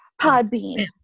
podbean